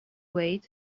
weight